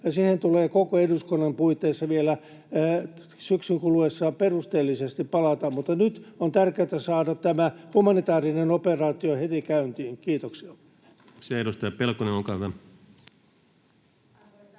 siihen tulee koko eduskunnan puitteissa vielä syksyn kuluessa perusteellisesti palata. Mutta nyt on tärkeätä saada tämä humanitäärinen operaatio heti käyntiin. — Kiitoksia. [Speech 8] Speaker: Ensimmäinen